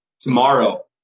tomorrow